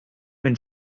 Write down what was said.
when